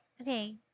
okay